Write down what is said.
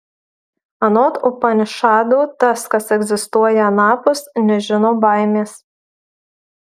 anot upanišadų tas kas egzistuoja anapus nežino baimės